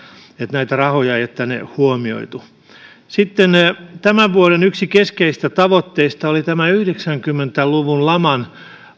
näitä rahoja ei ole tänne huomioitu yksi tämän vuoden keskeisistä tavoitteista oli yhdeksänkymmentä luvun laman